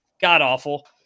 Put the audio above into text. god-awful